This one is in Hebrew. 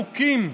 חוקים,